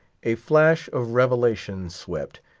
a flash of revelation swept,